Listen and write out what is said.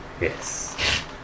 Yes